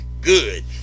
Good